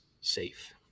safe